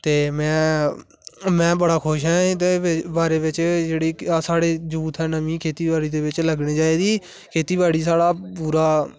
ते में में बड़ा खुश ऐ ते एहदे बारे च जेहड़ी अस साढ़ी यूथ ऐ नमीं खेती बाड़ी दे बिच लग्गनी चाहिदी खेती बाड़ी साढ़ा पूरा